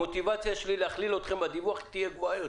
המוטיבציה שלי להכליל אתכם בדיווח תהיה גבוהה יותר.